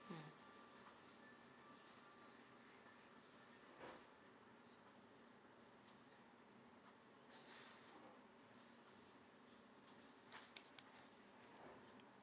mm